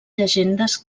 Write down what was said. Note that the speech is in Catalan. llegendes